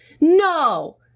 No